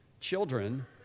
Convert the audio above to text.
children